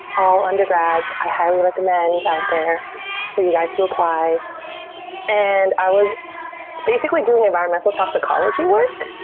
all undergrads, i highly recommend out there for you guys to apply and i was basically doing environmental toxicology work,